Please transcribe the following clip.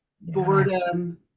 boredom